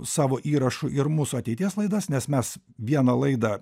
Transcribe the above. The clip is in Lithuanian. savo įrašu ir mūsų ateities laidas nes mes vieną laidą